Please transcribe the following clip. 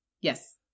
Yes